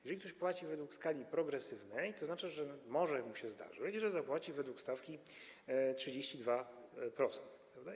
Jeżeli ktoś płaci według skali progresywnej, to znaczy, że może mu się zdarzyć, że zapłaci według stawki 32%, prawda?